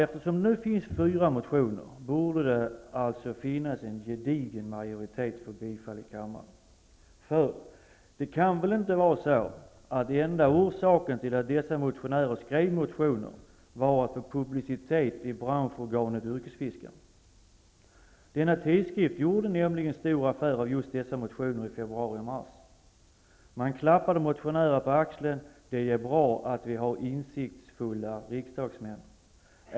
Eftersom det finns fyra motioner borde det också finnas en gedigen majoritet för bifall i kammaren. För det kan väl inte vara så att den enda orsaken till att motionärerna skrev dessa motioner var att få publicitet i branschorganet Yrkesfiskaren. Denna tidskrift gjorde nämligen stor affär av just dessa motioner i februari och mars. Man klappade motionärerna på axeln och skrev att det är bra att vi har insiktsfulla riksdagsmän.